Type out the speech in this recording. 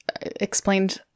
explained